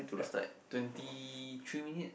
it's like twenty three minutes